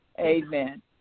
Amen